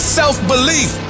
self-belief